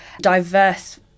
diverse